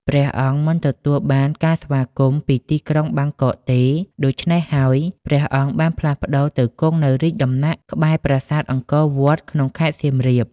ព្រះអង្គមិនទទួលបានការស្វាគមន៍ពីទីក្រុងបាងកកទេ ដូច្នេះហើយ ព្រះអង្គបានផ្លាស់ទៅគង់នៅរាជដំណាក់ក្បែរប្រាសាទអង្គរវត្តក្នុងខេត្តសៀមរាប។